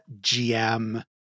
GM